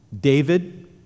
David